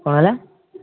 କ'ଣ ହେଲା